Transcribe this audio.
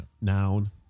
Noun